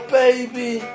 baby